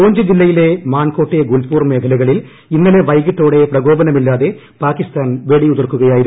പൂഞ്ച് ജില്ലയിലെ മാൻകോട്ടെ ഗുൽപൂർ മേഖലകളിൽ ഇന്നലെ വൈകിട്ടോടെ പ്രകോപനമില്ലാതെ പാകിസ്ഥാൻ വെടിയുതിർക്കുകയായിരുന്നു